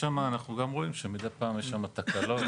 אנחנו רואים שמידי פעם יש שם תקלות,